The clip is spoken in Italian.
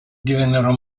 divennero